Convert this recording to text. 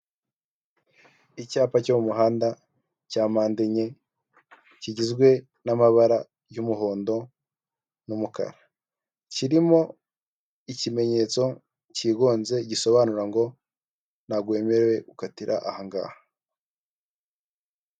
Icyapa cyo mu muhanda cya mpade enye kigizwe n'amabara y'umuhondo n'umukara, kirimo ikimenyetso kigonze gisobanura ngo ntabwo wemerewe gukatira aha ngaha.